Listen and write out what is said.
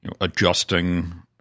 adjusting